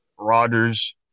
Rodgers